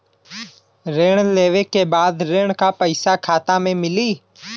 ऋण लेवे के बाद ऋण का पैसा खाता में मिली?